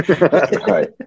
Right